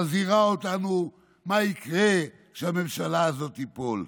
מזהירה אותנו מה יקרה כשהממשלה הזאת תיפול.